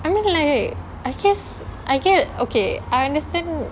I mean like I guess I get okay I understand